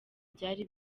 byari